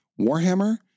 Warhammer